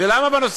ולמה בנושא